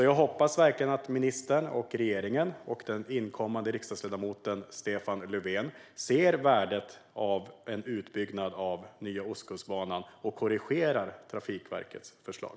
Jag hoppas verkligen att ministern, regeringen och den kommande riksdagsledamoten Stefan Löfven inser värdet av en utbyggnad av Nya Ostkustbanan och korrigerar Trafikverkets förslag.